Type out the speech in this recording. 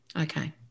Okay